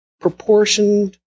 proportioned